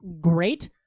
great